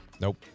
Nope